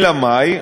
אלא מאי?